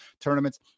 tournaments